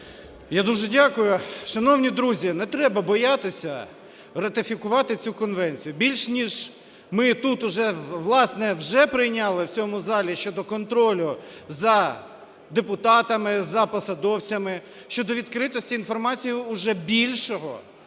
Я дуже дякую. Шановні друзі, не треба боятися ратифікувати цю конвенцію. Більш ніж ми тут уже, власне, вже прийняли в цьому залі щодо контролю за депутатами, за посадовцями, щодо відкритості інформації, уже більшого,